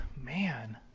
Man